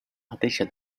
mateixa